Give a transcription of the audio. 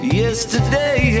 yesterday